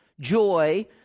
joy